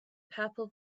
purple